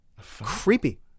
Creepy